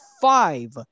five